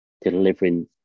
delivering